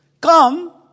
Come